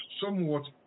somewhat